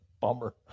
bummer